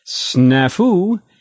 Snafu